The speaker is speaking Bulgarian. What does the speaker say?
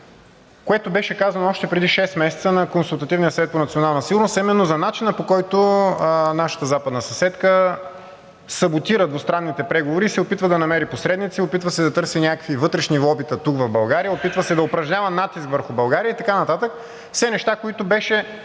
което беше казано още преди шест месеца на Консултативния съвет по национална сигурност, а именно за начина, по който нашата западна съседка саботира двустранните преговори и се опитва да намери посредници, опитва се да търси някакви вътрешни лобита тук, в България, опитва се да упражнява натиск върху България и така нататък – все неща, които беше